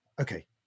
okay